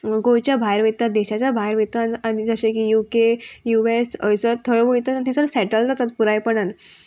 गोंयच्या भायर वयतात देशाच्या भायर वयतात आनी जशें की युके युएस थंयसर थंय वयता आनी थंयसर सेटल जातात पुरायपणान